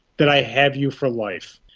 then i have you for life.